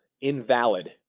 invalid